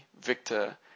victor